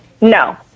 No